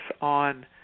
on